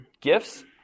gifts